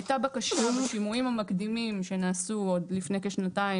הייתה בקשה בשימועים המקדימים שנעשו עוד לפני כשנתיים